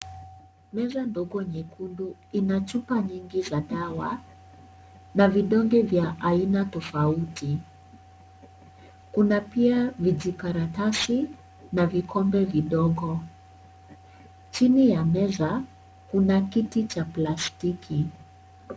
Meza ndogo nyekundu ina chupa nyingi za dawa na vidonge vya aina tofauti. Kuna pia vijikaratasi na vikombe vidogo. Chini ya meza, kuna kiti cha plastiki.